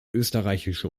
österreichische